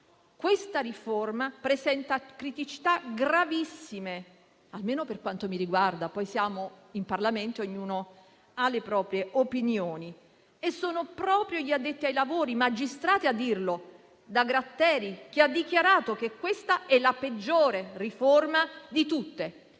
Questa riforma presenta criticità gravissime, almeno per quanto mi riguarda (poi siamo in Parlamento e ognuno ha le proprie opinioni), e sono proprio gli addetti ai lavori, i magistrati, a dirlo; a partire da Gratteri, che ha dichiarato che questa è la peggiore riforma di tutte